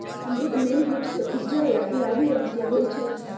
अमरूद मेन रूप से उज्जर या गुलाबी रंग के होई छई